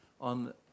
on